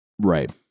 right